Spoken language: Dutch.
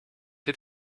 dit